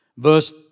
Verse